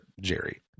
Jerry